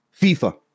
FIFA